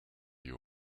you